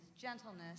gentleness